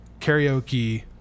Karaoke